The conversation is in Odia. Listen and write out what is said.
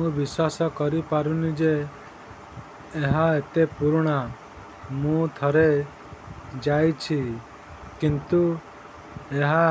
ମୁଁ ବିଶ୍ୱାସ କରିପାରୁନି ଯେ ଏହା ଏତେ ପୁରୁଣା ମୁଁ ଥରେ ଯାଇଛି କିନ୍ତୁ ଏହା